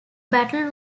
battle